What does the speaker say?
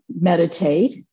meditate